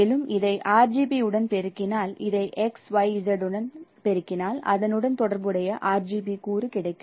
மேலும் இதை RGB உடன் பெருக்கினால் இதை XYZ உடன் பெருக்கினால் அதனுடன் தொடர்புடைய RGB கூறு கிடைக்கும்